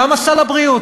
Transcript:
למה סל הבריאות,